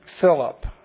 Philip